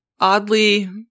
oddly